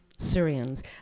Syrians